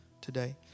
today